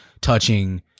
touching